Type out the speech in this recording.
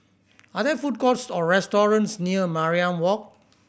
are there food courts or restaurants near Mariam Walk